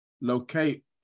locate